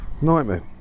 Nightmare